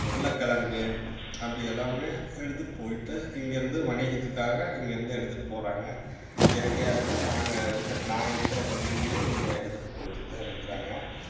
உருளக்கிழங்கு அப்படி எல்லாமே எடுத்துட்டு போயிட்டு இங்கேருந்து வணிகத்துக்காக இங்கேருந்து எடுத்துட்டு போகிறாங்க இயற்கையாக இருந்து நாங்கள் இருக்கின்ற நான் இருக்கிற பகுதியில் அது எடுத்துட்டு போயிட்டுத்தான் இருக்கிறாங்க